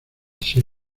ser